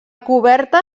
coberta